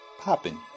popping